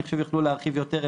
אני חושב יוכלו להרחיב יותר,